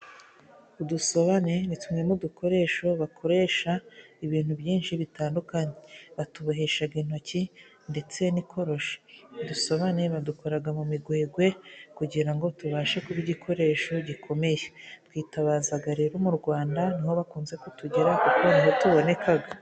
Udusobane ni tumwe mu dukoresho bakoresha ibintu byinshi bitandukanye, batubohesha intoki ndetse n'ikoroshi udusobane badukora mu migwegwe, kugira ngo tubashe kuba igikoresho gikomeye, twitabaza rero mu Rwanda ni ho bakunze kutugira kuko ni ho tuboneka.